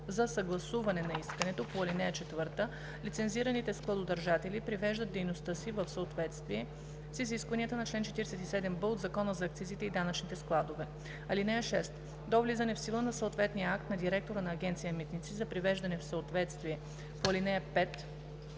за съгласуване на искането по ал. 4 лицензираните складодържатели привеждат дейността си в съответствие с изискванията на чл. 47б от Закона за акцизите и данъчните складове. (6) До влизането в сила на съответния акт на директора на Агенция „Митници“ за привеждане в съответствие по ал. 5